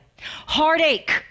Heartache